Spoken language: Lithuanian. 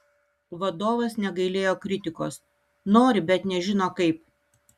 vadovas negailėjo kritikos nori bet nežino kaip